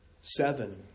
seven